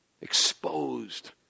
exposed